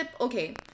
okay